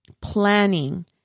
planning